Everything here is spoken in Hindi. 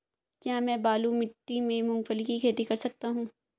क्या मैं बालू मिट्टी में मूंगफली की खेती कर सकता हूँ?